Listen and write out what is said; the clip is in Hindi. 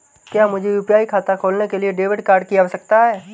क्या मुझे यू.पी.आई खाता खोलने के लिए डेबिट कार्ड की आवश्यकता है?